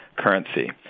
currency